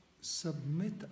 submit